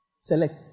Select